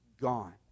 gone